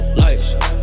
lights